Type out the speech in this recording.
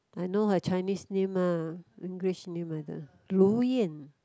I know her Chinese name ah English name I don't Ru-Yan